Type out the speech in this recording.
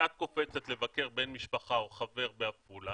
כשאת קופצת לבקר בן משפחה או חבר בעפולה,